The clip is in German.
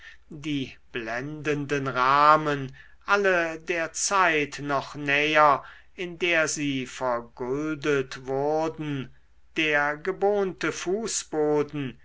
die blendenden rahmen alle der zeit noch näher in der sie verguldet wurden der gebohnte fußboden